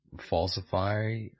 falsify